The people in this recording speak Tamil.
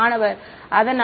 மாணவர் அதனால்